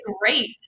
great